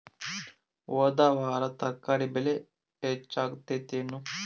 ಹೊದ ವಾರ ತರಕಾರಿ ಬೆಲೆ ಹೆಚ್ಚಾಗಿತ್ತೇನ?